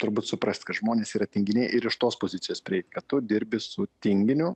turbūt suprast kad žmonės yra tinginiai ir iš tos pozicijos prieit kad tu dirbi su tinginiu